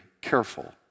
careful